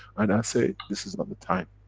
and i say, this is not the time.